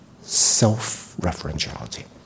self-referentiality